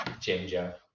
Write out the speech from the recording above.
Ginger